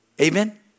Amen